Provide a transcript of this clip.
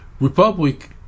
Republic